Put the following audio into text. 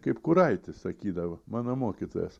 kaip kuraitis sakydavo mano mokytojas